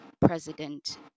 president